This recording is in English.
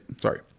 Sorry